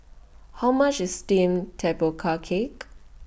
How much IS Steamed Tapioca Cake